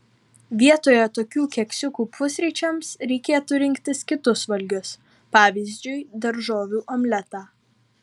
vietoje tokių keksiukų pusryčiams reikėtų rinktis kitus valgius pavyzdžiui daržovių omletą